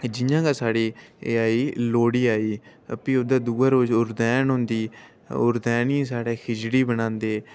जि'यां गै साढ़ी एह् आई लोह्ड़ी आई प्ही ओह्दे दूऐ रोज़ रदैन होंदी ओह् रदैनी साढ़े खिचड़ी बनांदे